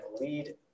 lead